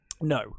No